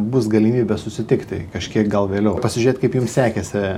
bus galimybė susitikti kažkiek gal vėliau pasižiūrėt kaip jum sekėsi